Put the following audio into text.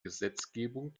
gesetzgebung